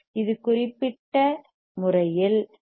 இந்த குறிப்பிட்ட முறையில் எல்